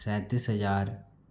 सैंतीस हजार